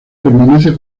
permanece